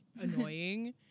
annoying